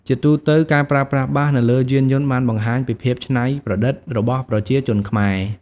ជាទូទៅ ការប្រើប្រាស់បាសនៅលើយានយន្តបានបង្ហាញពីភាពច្នៃប្រឌិតរបស់ប្រជាជនខ្មែរ។